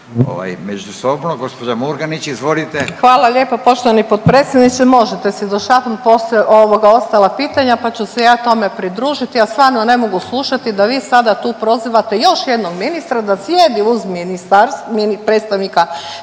hvala lijepa poštovani potpredsjedniče.